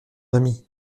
ami